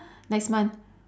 next month